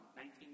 19